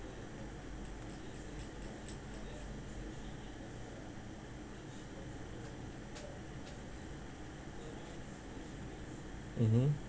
mmhmm